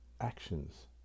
actions